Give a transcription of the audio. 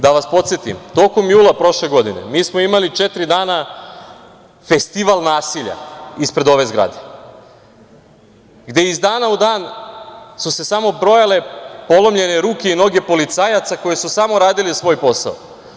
Da vas podsetim, tokom jula prošle godine mi smo imali četiri dana festival nasilja ispred ove zgrade, gde iz dana u dan su se samo brojale polomljene ruke i noge policajaca koji su samo radili svoj posao.